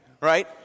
right